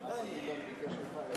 נמנע?